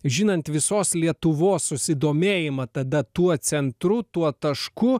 žinant visos lietuvos susidomėjimą tada tuo centru tuo tašku